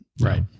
Right